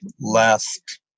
last